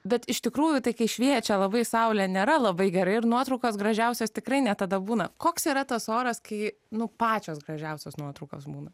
bet iš tikrųjų tai kai šviečia labai saulė nėra labai gerai ir nuotraukos gražiausios tikrai ne tada būna koks yra tas oras kai nu pačios gražiausios nuotraukos būna